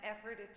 effort